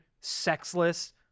sexless